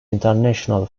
internationally